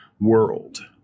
world